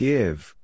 Give